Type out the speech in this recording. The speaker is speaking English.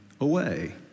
away